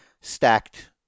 stacked